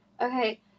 okay